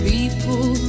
People